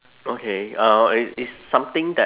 okay uh it is something that